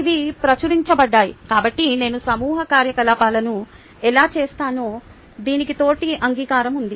ఇవి ప్రచురించబడ్డాయి కాబట్టి నేను సమూహ కార్యకలాపాలను ఎలా చేస్తానో దీనికి తోటి అంగీకారం ఉంది